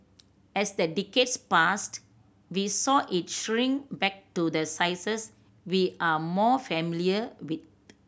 as the decades passed we saw it shrink back to the sizes we are more familiar with